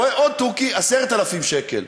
רואה עוד תוכי 10,000 שקל.